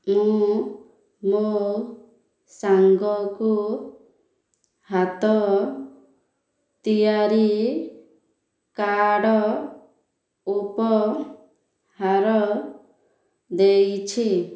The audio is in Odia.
ମୁଁ ମୋ ସାଙ୍ଗକୁ ହାତ ତିଆରି କାର୍ଡ଼ ଉପହାର ଦେଇଛି